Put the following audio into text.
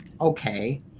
okay